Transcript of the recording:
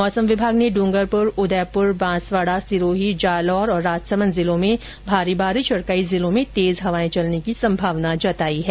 मौसम विभाग ने डुंगरपुर उदयपुर बांसवाडा सिरोही जालौर और राजसमंद जिलों में भारी बारिश तथा कई जिलों में तेज हवाएं चलने की संभावना जताई है